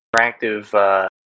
interactive